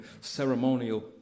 ceremonial